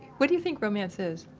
what do you think romance is?